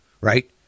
right